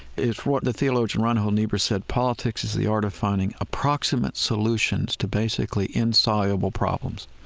it's what the theologian reinhold niebuhr said, politics is the art of finding approximate solutions to basically insoluble problems.